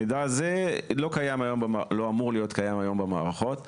המידע הזה לא אמור להיות קיים היום במערכות,